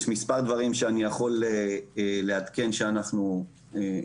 יש מספר דברים שאני יכול לעדכן שאנחנו נעשה,